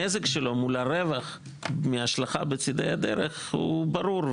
הנזק לו מול הרווח מהשלכה בצידי הדרך הוא ברור.